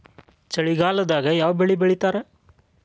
ಚಳಿಗಾಲದಾಗ್ ಯಾವ್ ಬೆಳಿ ಬೆಳಿತಾರ?